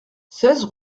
seize